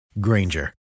Granger